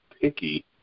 picky